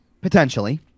potentially